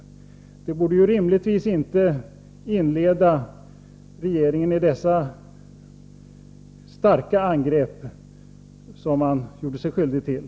Det borde rimligtvis inte ge regeringen anledning till de starka angrepp som man gjort sig skyldig till.